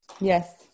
yes